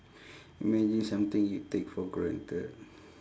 imagine something you take for granted